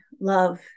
love